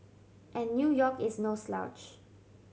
and New York is no slouch